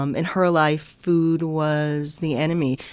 um in her life, food was the enemy.